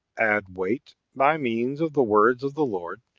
add weight, by means of the words of the lord,